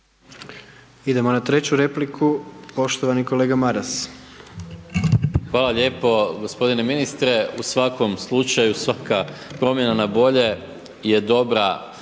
Idemo na treću repliku, poštovani kolega Maras. **Maras, Gordan (SDP)** Hvala lijepo gospodine ministre. U svakom slučaju svaka promjena na bolje je dobra